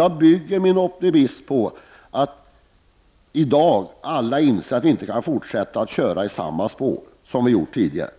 Jag bygger min optimism på att alla i dag inser att vi inte kan fortsätta att köra i samma spår som vi har gjort tidigare